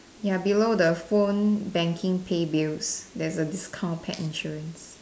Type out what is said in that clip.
ya below the phone banking pay bills there's a discount pet insurance